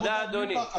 תודה, אדוני.